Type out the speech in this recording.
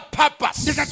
purpose